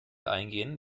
eingehen